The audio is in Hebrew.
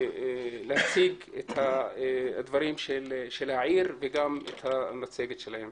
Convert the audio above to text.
להציג את הדברים של העיר וגם את המצגת שלהם.